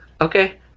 Okay